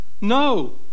no